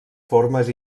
formes